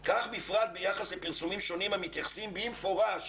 כך בפרט ביחס לפרסומים שונים המתייחסים במפורש